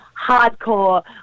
hardcore